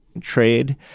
trade